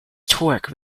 torque